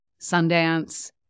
Sundance